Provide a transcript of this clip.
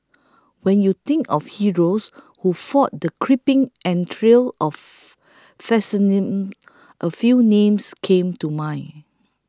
when you think of heroes who fought the creeping entrails of fascism a few names came to mind